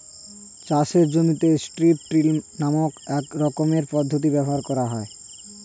চাষের জমিতে strip till নামক এক রকমের পদ্ধতি ব্যবহার করা হয়